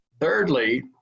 Thirdly